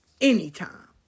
anytime